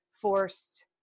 forced